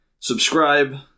Subscribe